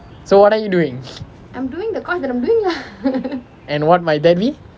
so what are you doing and might that be